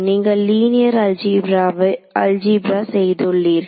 நீங்கள் linear algebra செய்துள்ளீர்கள்